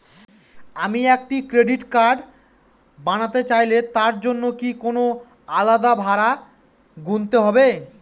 আমি একটি credit card বানাতে চাইলে তার জন্য কি কোনো আলাদা ভাড়া গুনতে হবে?